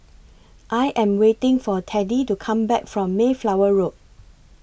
I Am waiting For Teddie to Come Back from Mayflower Road